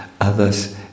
others